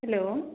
hello